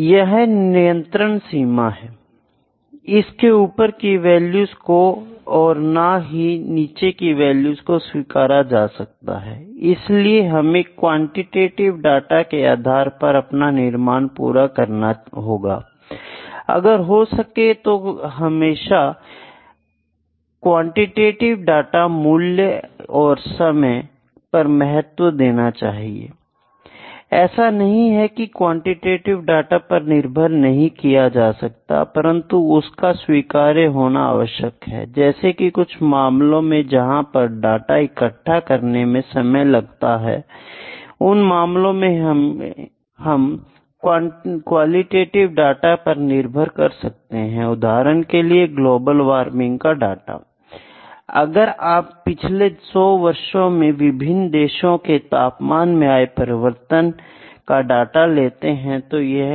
यह नियंत्रण सीमा है जिसके ऊपर की वैल्यू को और ना ही नीचे की वैल्यू को स्वीकार किया जा सकता है Iइसलिए हमें क्वांटिटीव डाटा के आधार पर अपना निर्माण पूरा करना होगा I अगर हो सके तो हमेशा क्वांटिटीव डाटा मूल्य और समय पर महत्व देना चाहिए I ऐसा नहीं है कि क्वालिटेटिव डाटा पर निर्भर नहीं कर सकते परंतु उसका स्वीकार्य होना आवश्यक है जैसे कि कुछ मामलों में जहां पर डाटा इकट्ठा करने में समय लग सकता है उन मामलों में हम क्वालिटेटिव डाटा पर निर्भर कर सकते हैं उदाहरण के लिए ग्लोबल वार्मिंग का डाटा I अगर हम पिछले 100 वर्षों में विभिन्न देशों के तापमान में आए परिवर्तन का डाटा लेते हैं तो यह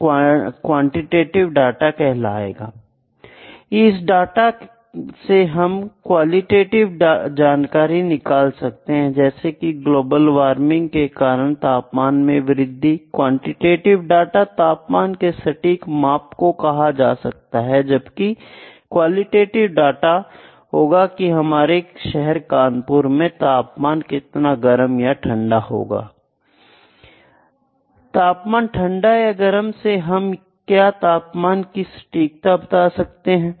क्वांटिटीव डाटा कहलायेगा I इस डाटा से हम क्वालिटेटिव जानकारी निकाल सकते हैं जैसे कि ग्लोबल वार्मिंग के कारण तापमान में वृद्धि I क्वांटिटीव डाटा तापमान के सटीक माप को कहा जा सकता है जबकि क्वालिटेटिव डाटा होगा की मेरे शहर कानपुर में तापमान कितना गर्म या ठंडा हुआ है I तापमान ठंडा या गर्म से हम क्या तापमान की सटीकता बता सकते हैं